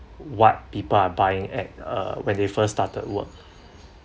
what people are buying at uh when they first started work